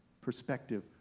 perspective